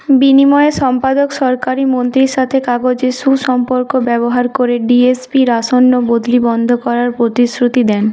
বিনিময়ে সম্পাদক সরকারী মন্ত্রীর সাথে কাগজের সুসম্পর্ক ব্যবহার করে ডিএসপির আসন্ন বদলি বন্ধ করার প্রতিশ্রুতি দেন